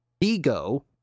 Ego